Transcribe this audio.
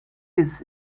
his